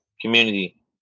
community